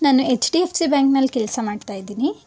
ನಾನು H D F C ಬ್ಯಾಂಕ್ನಲ್ಲಿ ಕೆಲಸ ಮಾಡ್ತಾ ಇದ್ದೀನಿ